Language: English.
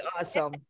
awesome